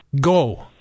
Go